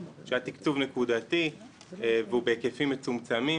שהיה תקצוב נקודתי והוא בהיקפים מצומצמים,